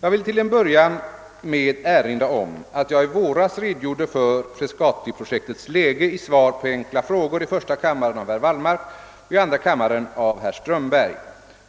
Jag vill till att börja med erinra om att jag i våras redogjorde för Frescatiprojektets läge i svar på enkla frågor i första kammaren av herr Wallmark och i andra kammaren av herr Strömberg.